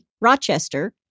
Rochester